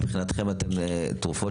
מבחינתכם, בתרופות